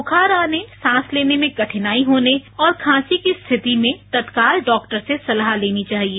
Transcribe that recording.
बुखार आने सांस लेने में कठिनाई होने और खांसी की स्थिति में तत्काल डॉक्टर से सलाह लेनी चाहिए